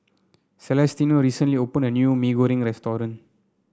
Celestino recently opened a new Mee Goreng restaurant